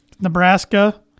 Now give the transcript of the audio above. Nebraska